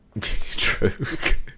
True